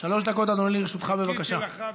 אדוני היושב-ראש, חבריי, למה, משעמם לכם?